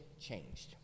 changed